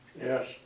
Yes